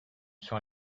sur